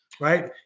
right